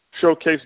showcase